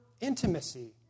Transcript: intimacy